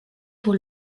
pour